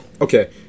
okay